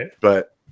But-